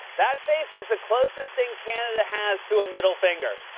that face is the closest thing canada has to a middle finger.